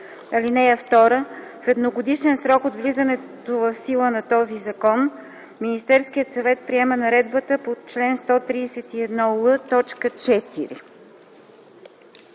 и 5. (2) В едногодишен срок от влизането в сила на този закон Министерският съвет приема наредбата по чл. 131л,